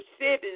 cities